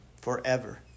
forever